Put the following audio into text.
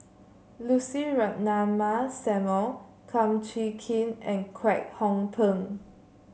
Lucy Ratnammah Samuel Kum Chee Kin and Kwek Hong Png